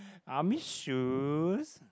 army shoes